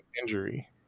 injury